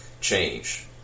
change